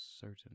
certain